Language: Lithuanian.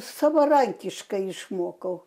savarankiškai išmokau